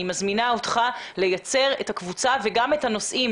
אני מזמינה אותך לייצר את הקבוצה וגם את הנושאים